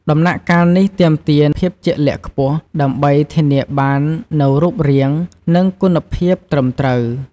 ដំណាក់កាលនេះទាមទារភាពជាក់លាក់ខ្ពស់ ដើម្បីធានាបាននូវរូបរាង និងគុណភាពត្រឹមត្រូវ។